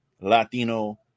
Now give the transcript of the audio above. Latino